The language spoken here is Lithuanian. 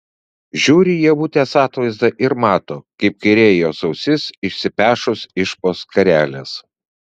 žiūri į ievutės atvaizdą ir mato kaip kairė jos ausis išsipešus iš po skarelės